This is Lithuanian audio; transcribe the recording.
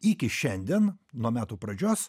iki šiandien nuo metų pradžios